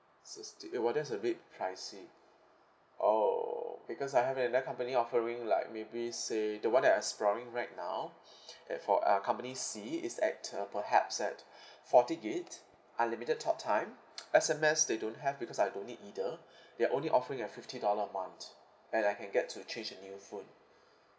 sixty eight !wah! that's a bit pricey oh because I have another company offering like maybe say the one that I exploring right now that for uh company C is at uh perhaps at forty gig unlimited talk time S_M_S they don't have because I don't need either they're only offering at fifty dollar a month and I can get to change a new phone